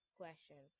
question